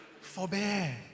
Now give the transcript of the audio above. forbear